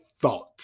Thought